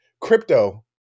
crypto